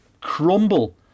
crumble